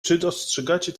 dostrzegacie